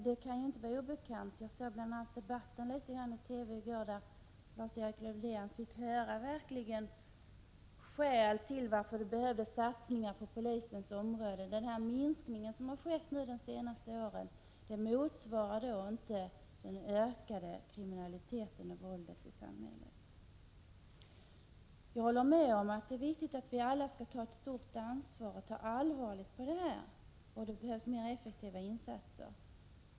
Jag såg något av debatten i TV i går där Lars-Erik Lövdén verkligen fick höra skäl för att det behövs satsningar på polisens område. Det har skett en minskning av polisens resurser under de senaste åren, medan kriminaliteten och våldet i samhället har ökat. Jag håller med om att det är viktigt att vi alla skall ta ett stort ansvar, att vi skall ta allvarligt på dessa frågor och att det behövs effektivare insatser.